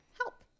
help